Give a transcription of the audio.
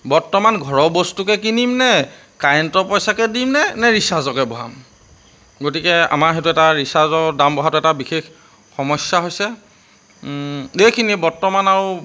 বৰ্তমান ঘৰৰ বস্তুকে কিনিমনে কাৰেণ্টৰ পইচাকে দিমনে নে ৰিচাৰ্জকে ভৰাম গতিকে আমাৰ সেইটো এটা ৰিচাৰ্জৰ দাম বঢ়াটো এটা বিশেষ সমস্যা হৈছে এইখিনি বৰ্তমান আৰু